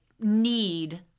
need